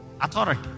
Authority